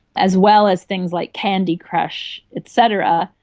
as well as things like candy crush et cetera.